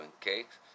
cakes